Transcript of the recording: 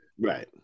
Right